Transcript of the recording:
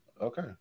Okay